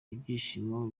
ibyishimo